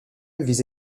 vise